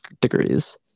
degrees